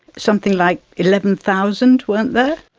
something like eleven thousand, weren't there?